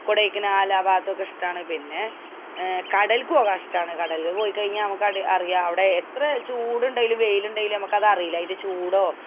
കൊടൈക്കനാൽ ആ ഭാഗത്തൊക്കെ ഇഷ്ടമാണ് പിന്നെ കടലിലേക്ക് പോകാൻ ഇഷ്ടമാണ് കടലില് പോയിക്കഴിഞ്ഞാല് നമുക്ക് അറിയാം അവിടെ എത്ര ചൂടുണ്ടേലും വെയിലുണ്ടേലും നമുക്ക് അതറിയില്ല അതിൻ്റെ ചൂടോ